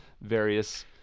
various